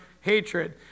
hatred